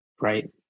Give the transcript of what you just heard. right